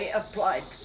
applied